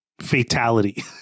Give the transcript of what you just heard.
fatality